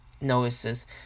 notices